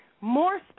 More